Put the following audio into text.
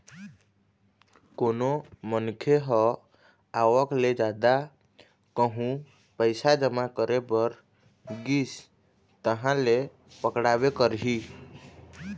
कोनो मनखे ह आवक ले जादा कहूँ पइसा जमा करे बर गिस तहाँ ले पकड़ाबे करही